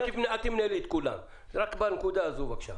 אל תמנה לי את כולן, רק בנקודה הזאת בבקשה.